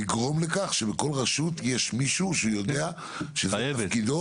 ולגרום לכך שבכל רשות יש מישהו יודע שזה תפקידו.